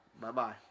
Bye-bye